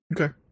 Okay